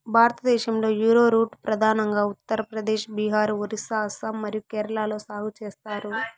భారతదేశంలో, యారోరూట్ ప్రధానంగా ఉత్తర ప్రదేశ్, బీహార్, ఒరిస్సా, అస్సాం మరియు కేరళలో సాగు చేస్తారు